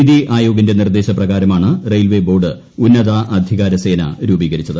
നിതി ആയോഗിന്റെ നിർദേശപ്രകാരമാണ് railway board ഉന്നതാധികാര സേന രൂപീകരിച്ചത്